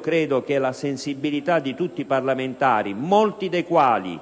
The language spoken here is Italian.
quindi che la sensibilità di tutti i parlamentari, molti dei quali